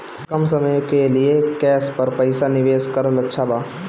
कम समय के लिए केस पर पईसा निवेश करल अच्छा बा?